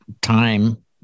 time